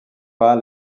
pas